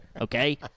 Okay